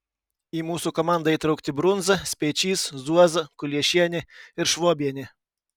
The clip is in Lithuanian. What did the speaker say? į mūsų komandą įtraukti brunza speičys zuoza kuliešienė ir švobienė